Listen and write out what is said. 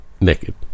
naked